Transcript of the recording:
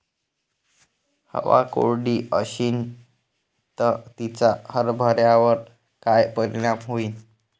हवा कोरडी अशीन त तिचा हरभऱ्यावर काय परिणाम होईन?